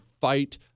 fight